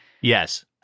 Yes